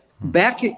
Back